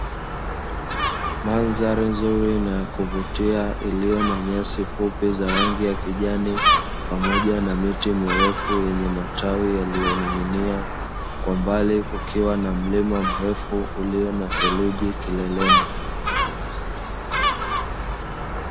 Mandhari nzuri na ya kuvutia iliyo na nyasi fupi za rangi ya kijani pamoja na miti mirefu yenye matawi yaliyoninginia ,kwa mbali kukiwa na mlima mrefu ulio na theluji kileleni.